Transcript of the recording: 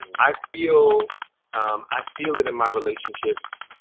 i feel i feel it in my relationships,